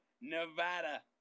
Nevada